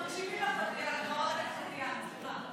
אנחנו מקשיבים לך, חברת הכנסת טטיאנה.